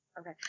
okay